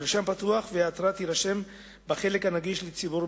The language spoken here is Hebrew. המרשם פתוח וההתראה תירשם בחלק הנגיש לציבור,